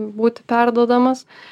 būti perduodamas